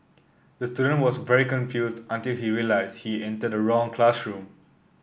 the student was very confused until he realised he entered the wrong classroom